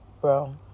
Bro